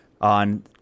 on